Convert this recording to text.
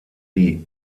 die